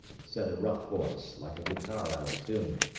said a rough voice, like a guitar out of tune.